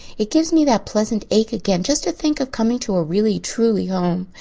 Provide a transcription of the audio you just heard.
it gives me that pleasant ache again just to think of coming to a really truly home.